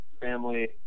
Family